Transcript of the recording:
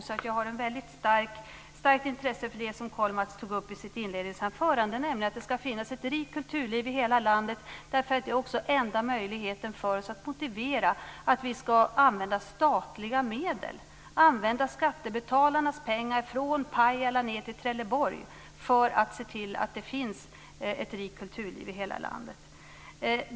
Jag har alltså ett väldigt starkt intresse för det som Kollmats tog upp i sitt inledningsanförande, dvs. att det ska finnas ett rikt kulturliv i hela landet. Det är nämligen enda chansen för oss att motivera att vi ska använda statliga medel, använda skattebetalarnas pengar från Pajala ned till Trelleborg, för att se till att det finns ett rikt kulturliv i hela landet.